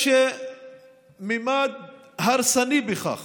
יש ממד הרסני בכך